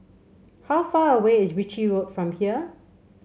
how far away is Ritchie Road from here